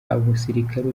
umusirikare